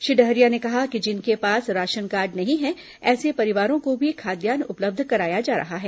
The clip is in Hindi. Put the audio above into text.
श्री डहरिया ने कहा कि जिनके पास राशन कार्ड नहीं है ऐसे परिवारों को भी खाद्यान्न उपलब्ध कराया जा रहा है